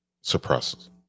suppresses